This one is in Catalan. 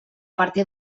partir